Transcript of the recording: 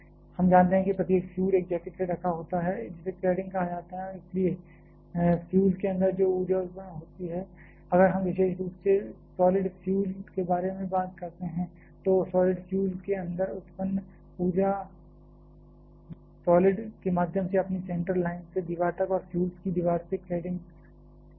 हम जानते हैं कि प्रत्येक फ्यूल एक जैकेट से ढका होता है जिसे क्लैडिंग कहा जाता है और इसलिए फ्यूल के अंदर जो ऊर्जा उत्पन्न होती है अगर हम विशेष रूप से सॉलि़ड फ्यूल के बारे में बात कर रहे हैं तो सॉलि़ड फ्यूल के अंदर उत्पन्न ऊर्जा जो सॉलिड के माध्यम से अपनी सेंट्रल लाइन से दीवार तक और फ्यूल की दीवार से क्लैडिंग है